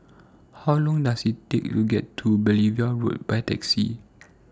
How Long Does IT Take to get to Beaulieu Road By Taxi